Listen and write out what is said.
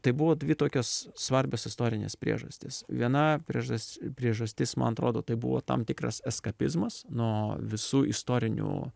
tai buvo dvi tokios svarbios istorinės priežastys viena priežas priežastis man atrodo tai buvo tam tikras eskapizmas nuo visų istorinių